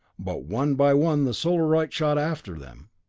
but one by one the solarite shot after them,